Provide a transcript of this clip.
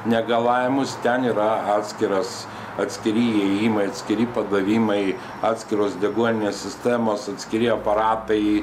negalavimus ten yra atskiras atskiri įėjimai atskiri padavimai atskiros deguoninės sistemos atskiri aparatai